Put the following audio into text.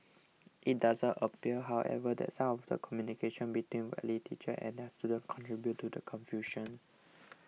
it does appear however that some of the communication between Whitley teachers and their students contributed to the confusion